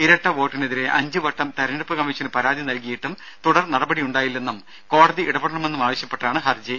ഇരട്ട വോട്ടിനെതിരെ അഞ്ച് വട്ടം തെരഞ്ഞെടുപ്പ് കമ്മീഷന് പരാതി നൽകിയിട്ടും തുടർ നടപടിയുണ്ടായില്ലെന്നും കോടതി ഇടപെടണമെന്നും ആവശ്യപ്പെട്ടാണ് ഹർജി